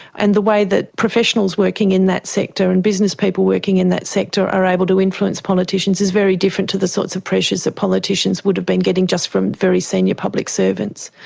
and the way that professionals working in that sector and business people working in that sector are able to influence politicians is very different to the sorts of pressures that politicians would have been getting just from very senior public servants.